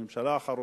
הממשלה החרוצה,